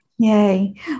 yay